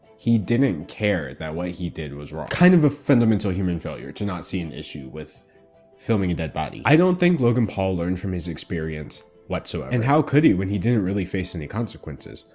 he didn't care that what he did was wrong, kind of a fundamental human failure to not see an issue with filming a dead body. i don't think logan paul learned from his experience whatsoever. so and how could he when he didn't really face any consequences?